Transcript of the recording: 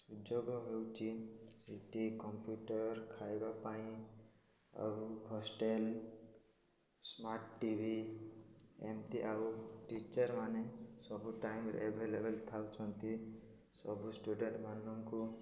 ସୁଯୋଗ ହେଉଛି ସେଠି କମ୍ପ୍ୟୁଟର ଖାଇବା ପାଇଁ ଆଉ ହଷ୍ଟେଲ ସ୍ମାର୍ଟ ଟି ଭି ଏମିତି ଆଉ ଟିଚର୍ ମାନେ ସବୁ ଟାଇମ୍ରେ ଏଭେଲେବଲ୍ ଥାଉଛନ୍ତି ସବୁ ଷ୍ଟୁଡ଼େଣ୍ଟ ମାନଙ୍କୁ